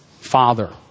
Father